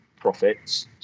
profits